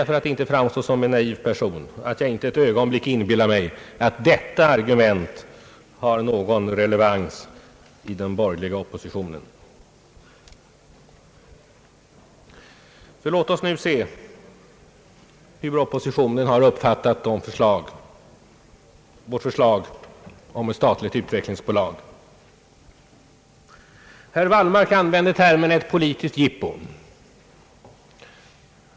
För att inte framstå som en naiv person vill jag säga, att jag inte ett ögonblick inbillar mig att detta argument har någon relevans i den borgerliga oppositionen. | Men låt oss nu se hur oppositionen har uppfattat förslaget om ett statligt utvecklingsbolag. Herr Wallmark använde termen »ett politiskt jippo».